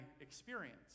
experience